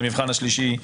על המבחן השלישי.